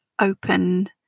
open